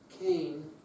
Cain